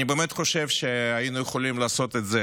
אני באמת חושב שהיינו יכולים לעשות את זה